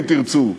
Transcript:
אם תרצו,